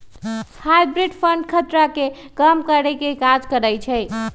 hybrid fund खतरा के कम करेके काज करइ छइ